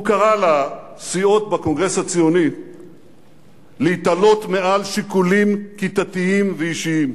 הוא קרא לסיעות בקונגרס הציוני להתעלות מעל שיקולים כיתתיים ואישיים.